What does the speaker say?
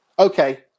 okay